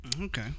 Okay